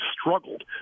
struggled